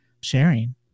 sharing